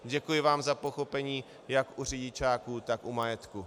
Děkuji vám za pochopení jak u řidičáků, tak u majetku.